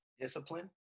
Discipline